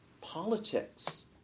Politics